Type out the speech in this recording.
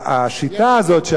שהפכה בזמן האחרון,